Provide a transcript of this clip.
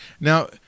Now –